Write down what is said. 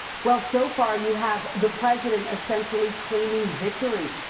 well so far you have the president essentially claiming victory.